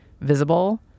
visible